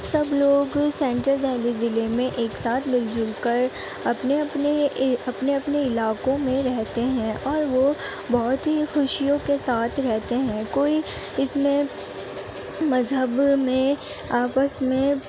سب لوگ سینٹرل دہلی ضلع میں ایک ساتھ مل جل کر اپنے اپنے اپنے اپنے علاقوں میں رہتے ہیں اور وہ بہت ہی خوشیوں کے ساتھ رہتے ہیں کوئی اس میں مذہب میں آپس میں